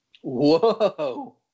Whoa